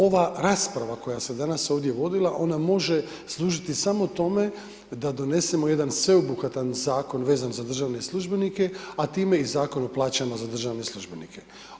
Ova rasprava koja se danas ovdje vodila ona može služiti samo tome da donesemo jedan sveobuhvatan zakon veza za državne službenike, a time i Zakon o plaćama za državne službenike.